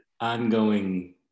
ongoing